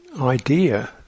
idea